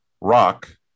rock